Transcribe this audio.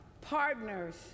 partners